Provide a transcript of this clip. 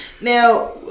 Now